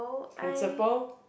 principal